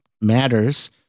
matters